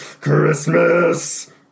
Christmas